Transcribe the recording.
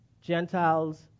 Gentiles